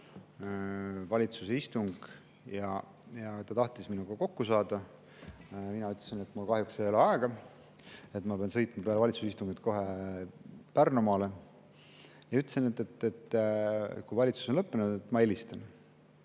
valitsuse istung ja ta tahtis minuga kokku saada. Mina ütlesin, et mul kahjuks ei ole aega, et ma pean sõitma peale valitsuse istungit kohe Pärnumaale, ja ütlesin, et kui valitsuse [istung] on lõppenud, ma helistan.